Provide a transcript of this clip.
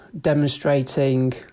demonstrating